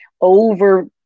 over